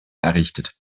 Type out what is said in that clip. errichtet